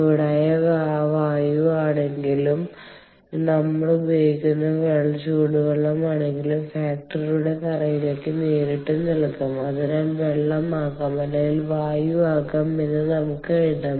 ചൂടായ വായു ആണെങ്കിലും നമ്മൾ ഉപയോഗിക്കുന്ന ചൂടുവെള്ളമാണെങ്കിലും ഫാക്ടറിയുടെ തറയിലേക്ക് നേരിട്ട് നൽകാം അതിനാൽ വെള്ളമാകാം അല്ലെങ്കിൽ വായു ആകാം എന്ന് നമ്മുക്ക് എഴുതാം